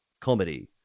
comedy